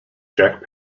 jack